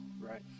Right